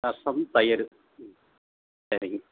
ரசம் தயிறு ம் சரிங்க